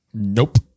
Nope